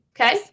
Okay